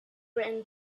written